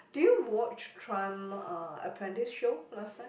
do you watch Trump uh apprentice show last time